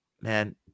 Man